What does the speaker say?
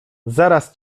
zaraz